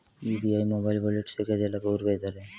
UPI mobile wallet से कैसे अलग और बेहतर है?